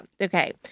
Okay